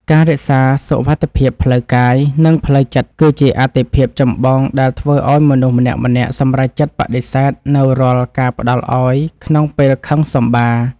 ការរក្សាសុវត្ថិភាពផ្លូវកាយ និងផ្លូវចិត្តគឺជាអាទិភាពចម្បងដែលធ្វើឱ្យមនុស្សម្នាក់ៗសម្រេចចិត្តបដិសេធនូវរាល់ការផ្តល់ឱ្យក្នុងពេលខឹងសម្បារ។